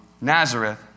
Nazareth